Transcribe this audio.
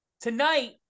tonight